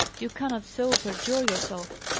you cannot so perjure yourself!